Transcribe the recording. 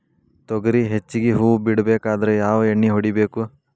ತೊಗರಿ ಹೆಚ್ಚಿಗಿ ಹೂವ ಬಿಡಬೇಕಾದ್ರ ಯಾವ ಎಣ್ಣಿ ಹೊಡಿಬೇಕು?